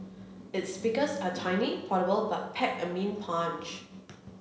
its speakers are tiny portable but pack a mean punch